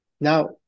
Now